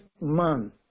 man